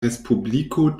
respubliko